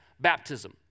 baptism